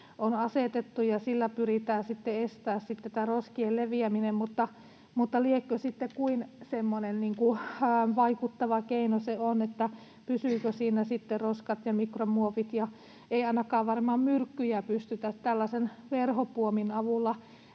asetettu, ja sillä pyritään sitten estämään tämä roskien leviäminen. Mutta liekö se sitten kuinka vaikuttava keino: pysyvätkö siinä sitten roskat ja mikromuovit? Ei varmaan ainakaan myrkkyjä pystytä tällaisen verhopuomin avulla